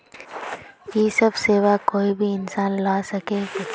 इ सब सेवा कोई भी इंसान ला सके है की?